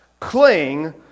Cling